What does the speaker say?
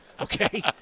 Okay